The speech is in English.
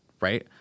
right